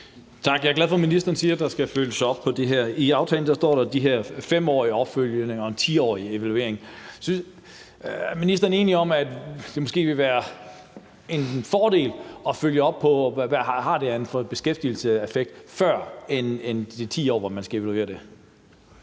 Jeg er glad for, ministeren siger, at der skal følges op på det her. I aftalen står der det her om en opfølgning efter 5 år og en evaluering efter 10 år. Er ministeren enig i, at det måske vil være en fordel at følge op på, hvad det har for en beskæftigelseseffekt, inden de 10 år, hvor man skal evaluere det?